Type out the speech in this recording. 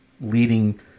leading